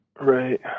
right